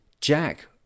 Jack